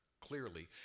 clearly